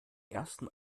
ersten